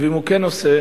ואם הוא כן עושה,